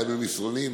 גם במסרונים,